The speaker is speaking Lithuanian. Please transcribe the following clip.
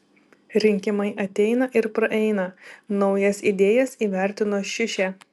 rinkimai ateina ir praeina naujas idėjas įvertino šiušė